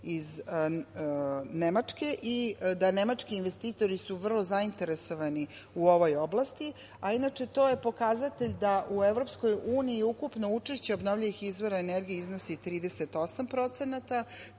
iz Nemačke i da nemački investitori su vrlo zainteresovani u ovoj oblasti, a inače to je pokazatelj da u EU je ukupno učešće obnovljivih izvora energije iznosi 38%. Učešće